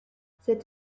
cette